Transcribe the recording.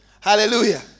Hallelujah